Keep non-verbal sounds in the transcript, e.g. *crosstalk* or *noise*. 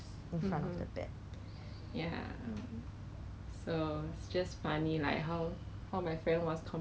okay 我拿我拿你的 I_C 我 *laughs* actually 不用 actually 可以直接写别人的 I_C 去拿的 leh